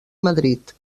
madrid